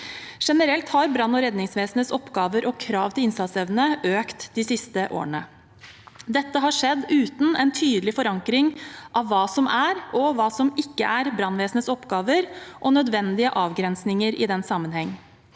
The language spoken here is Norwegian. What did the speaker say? Generelt har brann- og redningsvesenets oppgaver og krav til innsatsevne økt de siste årene. Dette har skjedd uten en tydelig forankring av hva som er og ikke er brannvesenets oppgaver, og nødvendige avgrensninger i den sammenheng.